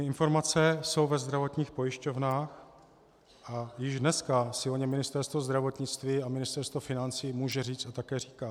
Informace jsou ve zdravotních pojišťovnách a již dneska si o ně Ministerstvo zdravotnictví a Ministerstvo financí může říct a také říká.